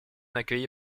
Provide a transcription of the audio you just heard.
accueilli